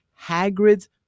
Hagrid's